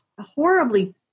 horribly